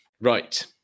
Right